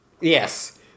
Yes